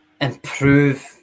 improve